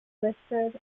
listed